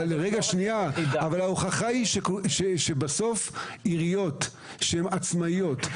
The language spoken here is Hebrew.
אבל ההוכחה היא שבסוף עיריות שהן עצמאיות,